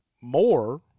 more